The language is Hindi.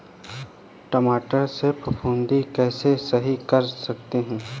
टमाटर से फफूंदी कैसे सही कर सकते हैं?